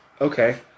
Okay